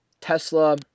Tesla